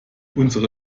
unsere